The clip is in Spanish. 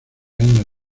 años